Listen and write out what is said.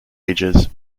ages